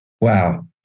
wow